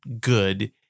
good